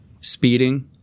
speeding